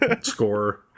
score